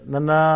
nana